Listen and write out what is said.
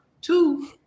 Two